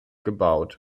gebaut